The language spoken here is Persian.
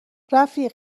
رفیق